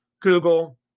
Google